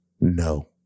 No